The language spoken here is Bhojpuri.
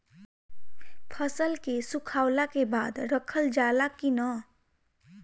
फसल के सुखावला के बाद रखल जाला कि न?